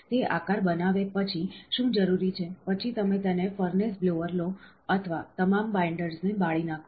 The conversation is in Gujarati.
તે આકાર બનાવે પછી શું જરૂરી છે પછી તમે તેને ફર્નેસ બ્લોઅર લો અથવા તમામ બાઈન્ડર્સ ને બાળી નાખો